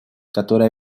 которые